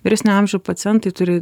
vyresnio amžiau pacientai turi